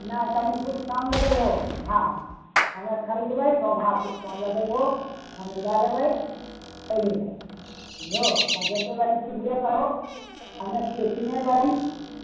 नहि तनी किछु कम लगेबहो भाव हमरा खरीदबै तऽ भाव किछु कम लगेबहो हम लए लेबै चलि एबै बुझलहो तो बेचै बाली छिही हमे छियै किनै वाली